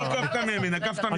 לא עקפת מימין, עקפת משמאל.